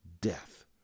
Death